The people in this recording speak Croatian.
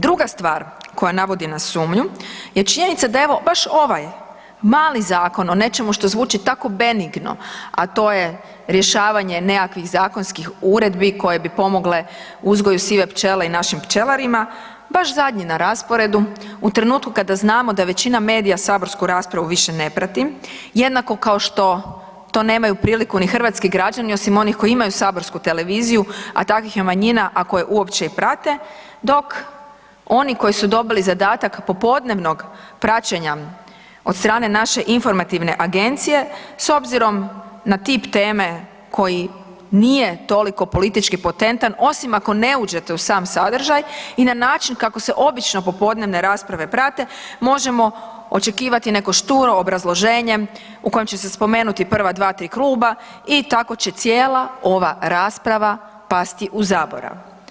Druga stvar koja navodi na sumnju je činjenica da evo, baš ovaj mali zakon o nečemu što zvuči tako benigno, a to je rješavanje nekakvih zakonskih uredbi koje bi pomogle uzgoju sive pčele i našim pčelarima, baš zadnji na rasporedu, u trenutku kada znamo da većina medija saborsku raspravu više ne prati, jednako kao što nemaju ni priliku hrvatski građani osim onih koji imaju saborsku televiziju, a takvih je manjina, ako je uopće i prate, dok oni koji su dobili zadatak popodnevnog praćenja od strane naše informativne agencije, s obzirom na tip teme koji toliko politički potentan osim ako ne uđete u sam sadržaj, i na način kako se obično popodnevne rasprave prate, možemo očekivati neko šturo obrazloženje u kojem će se spomenuti prva dva, tri kluba i tako će cijela ova rasprava pasti u zaborav.